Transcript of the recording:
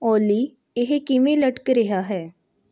ਓਲੀ ਇਹ ਕਿਵੇਂ ਲਟਕ ਰਿਹਾ ਹੈ